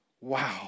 Wow